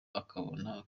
akabona